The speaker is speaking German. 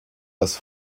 das